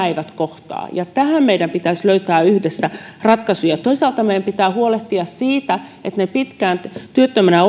eivät kohtaa tähän meidän pitäisi löytää yhdessä ratkaisu toisaalta meidän pitää huolehtia siitä että pitkään työttömänä